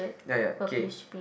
ya ya okay